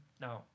No